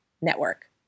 network